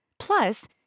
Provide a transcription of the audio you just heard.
Plus